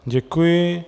Děkuji.